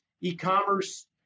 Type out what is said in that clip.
e-commerce